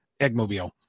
eggmobile